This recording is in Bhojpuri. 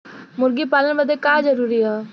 मुर्गी पालन बदे का का जरूरी ह?